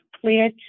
clear